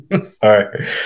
Sorry